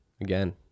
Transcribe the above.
again